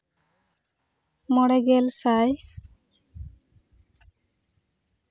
ᱢᱚᱬᱮ ᱜᱮᱞ ᱥᱟᱭ